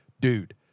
dude